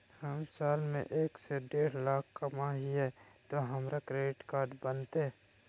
हम साल में एक से देढ लाख कमा हिये तो हमरा क्रेडिट कार्ड बनते?